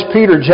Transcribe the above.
Peter